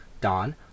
Dawn